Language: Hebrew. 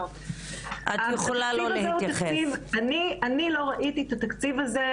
אני לא ראיתי את התקציב הזה,